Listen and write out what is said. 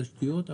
תשתיות,